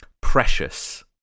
precious